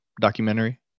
documentary